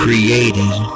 Creating